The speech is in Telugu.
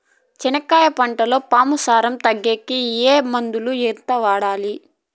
చెనక్కాయ పంటలో పాము సార తగ్గేకి ఏ మందులు? ఎంత వాడాలి?